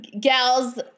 gals